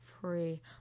free